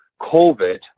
COVID